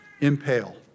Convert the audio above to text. Impale